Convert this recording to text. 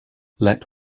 let